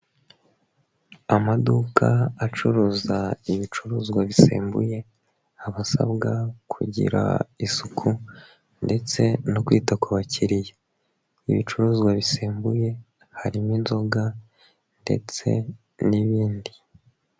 Amaduka acuruza ibicuruzwa bisembuye aba asabwa kugira isuku ndetse no kwita ku bakiriya. Ibicuruzwa bisembuye harimo inzoga ndetse n'ibindi.